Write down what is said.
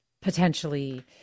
potentially